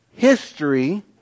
History